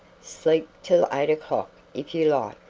sleep till eight o'clock if you like.